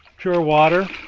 chur water,